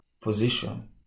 position